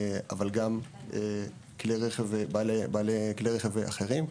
אבל גם בעלי כלי רכב אחרים.